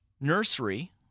nursery